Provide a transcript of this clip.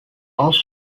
off